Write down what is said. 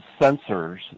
sensors